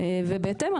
ובהתאם,